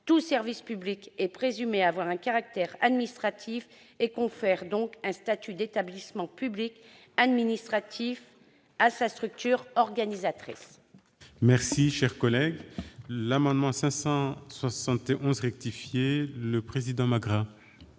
tout service public est présumé avoir un caractère administratif et confère donc un statut d'établissement public administratif à sa structure organisatrice. L'amendement n° 571 rectifié, présenté par